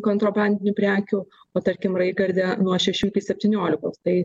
kontrabandinių prekių o tarkim raigarde nuo šešių iki septyniolikos tai